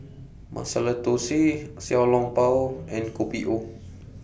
Masala Thosai Xiao Long Bao and Kopi O